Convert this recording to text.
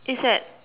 is at